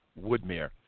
Woodmere